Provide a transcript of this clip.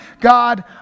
God